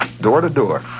door-to-door